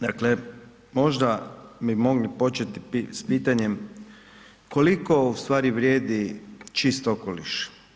Dakle, možda bi mogli početi s pitanjem koliko ustvari vrijedi čisti okoliš?